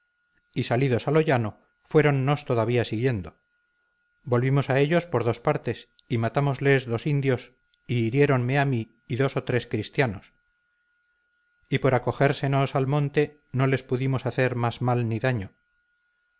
y salidos a lo llano fuéronnos todavía siguiendo volvimos a ellos por dos partes y matámosles dos indios y hiriéronme a mí y dos o tres cristianos y por acogérsenos al monte no les pudimos hacer más mal ni daño